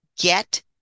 get